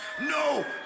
No